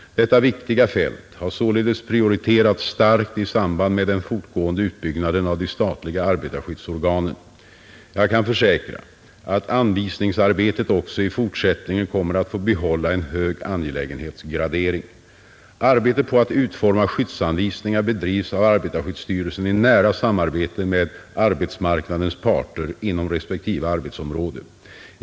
Detta viktiga fält har således prioriterats starkt i samband med den fortgående utbyggnaden av de statliga arbetarskyddsorganen. Jag kan försäkra att anvisningsarbetet också i fortsättningen kommer att få behålla en hög angelägenhetsgradering. Arbetet på att utforma skyddsanvisningar bedrivs av arbetarskyddsstyrelsen i nära samarbete med arbetsmarknadens parter inom respektive arbetsområde.